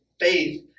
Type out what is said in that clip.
faith